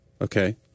Okay